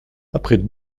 après